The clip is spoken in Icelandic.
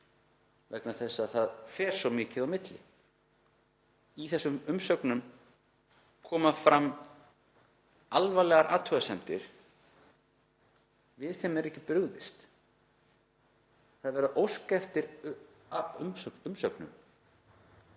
vegna þess að það ber svo mikið á milli. Í þessum umsögnum koma fram alvarlegar athugasemdir. Við þeim er ekki brugðist. Það er óskað eftir umsögnum